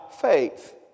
faith